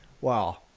wow